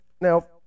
Now